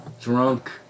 drunk